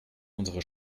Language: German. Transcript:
unsere